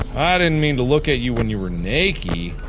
i didn't mean to look at you when you were nakey.